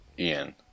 Ian